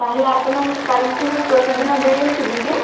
ତାହାହେଲେ ଆପଣଙ୍କୁ କାଲିଠାରୁ ପ୍ରତିଦିନ ଦେଇ ଆସିବିକି